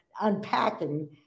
unpacking